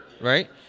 Right